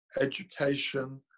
education